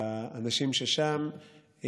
האנשים ששם,